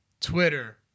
Twitter